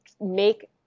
make